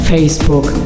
Facebook